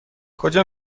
کجا